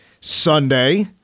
Sunday